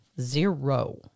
Zero